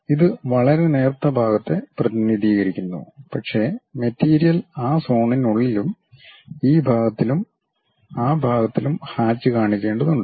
ഇത് വളരെ നേർത്ത ഭാഗത്തെ പ്രതിനിധീകരിക്കുന്നു പക്ഷേ മെറ്റീരിയൽ ആ സോണിനുള്ളിലും ഈ ഭാഗത്തിലും ആ ഭാഗത്തിലും ഹാച്ച് കാണിക്കേണ്ടതുണ്ട്